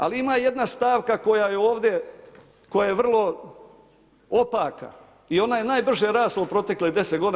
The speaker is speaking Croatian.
Ali ima jedna stavka koja je ovdje, koja je vrlo opaka i ona je najbrže rasla u proteklih 10 godina.